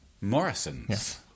Morrison's